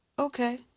Okay